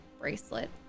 bracelet